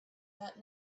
that